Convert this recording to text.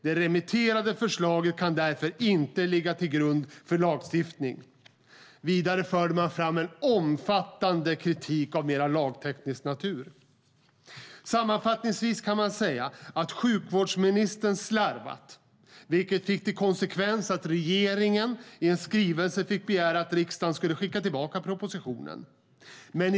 Det remitterade förslaget kunde därför inte ligga till grund för lagstiftning. Vidare förde Lagrådet fram omfattande kritik av mer lagteknisk natur. Sammanfattningsvis kan man säga att sjukvårdsministern slarvat, vilket fick till konsekvens att regeringen i en skrivelse fick begära att riksdagen skulle skicka tillbaka propositionen.